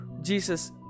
Jesus